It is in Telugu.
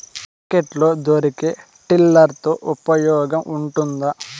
మార్కెట్ లో దొరికే టిల్లర్ తో ఉపయోగం ఉంటుందా?